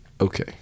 okay